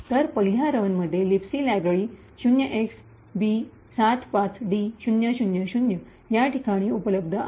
तर पहिल्या रन मध्ये लिबसी लायब्ररी 0xb75d000 या ठिकाणी उपलब्ध आहे